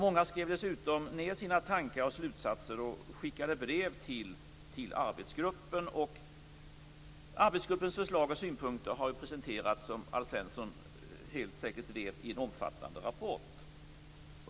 Många skrev dessutom ned sina tankar och slutsatser och skickade brev till arbetsgruppen. Arbetsgruppens förslag och synpunkter har presenterats, som Alf Svensson säkert vet, i en omfattande rapport.